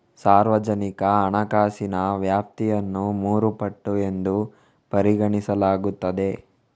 ಸಾರ್ವಜನಿಕ ಹಣಕಾಸಿನ ವ್ಯಾಪ್ತಿಯನ್ನು ಮೂರು ಪಟ್ಟು ಎಂದು ಪರಿಗಣಿಸಲಾಗುತ್ತದೆ